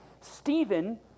Stephen